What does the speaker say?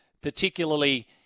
particularly